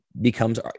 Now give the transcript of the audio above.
becomes